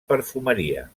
perfumeria